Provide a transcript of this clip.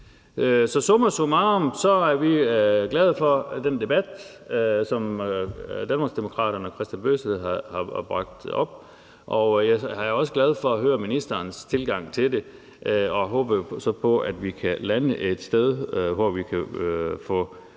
i. Summa summarum er vi glade for den debat, som Danmarksdemokraterne og Kristian Bøgsted har bragt op. Og jeg er jo også glad for at høre ministerens tilgang til det og håber så på, at vi kan lande det et sted, hvor vi kan få